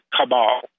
cabal